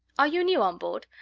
are you new on board?